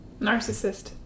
Narcissist